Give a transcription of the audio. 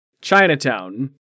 Chinatown